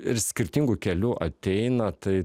ir skirtingu keliu ateina tai